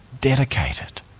dedicated